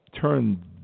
turn